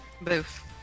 Boof